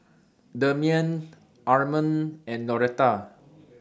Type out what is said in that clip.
Demian Armond and Noretta